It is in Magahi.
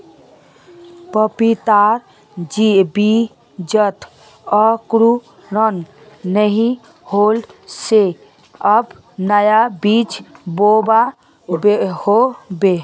पपीतार बीजत अंकुरण नइ होल छे अब नया बीज बोवा होबे